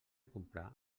comprar